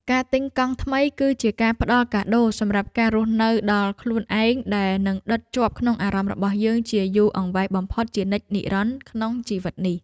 ការទិញកង់ថ្មីគឺជាការផ្ដល់កាដូសម្រាប់ការរស់នៅដល់ខ្លួនឯងដែលនឹងដិតជាប់ក្នុងអារម្មណ៍របស់យើងជាយូរអង្វែងបំផុតជានិច្ចនិរន្តរ៍ក្នុងជីវិតនេះ។